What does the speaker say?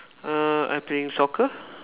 err I playing soccer